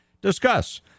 discuss